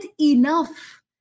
enough